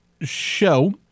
show